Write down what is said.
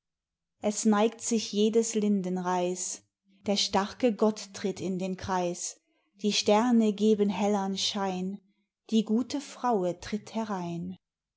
es neigt sich jedes lindenreis der starke gott tritt in den kreis die sterne geben hellern schein die gute fraue tritt herein